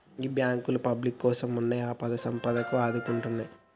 గీ బాంకులు పబ్లిక్ కోసమున్నయ్, ఆపదకు సంపదకు ఆదుకుంటయ్